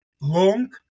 long